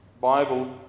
Bible